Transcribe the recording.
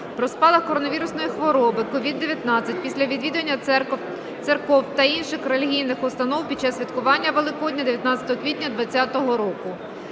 про спалах коронавірусної хвороби СOVID-19 після відвідування церков та інших релігійних установ під час святкування Великодня 19 квітня 20-го року.